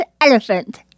Elephant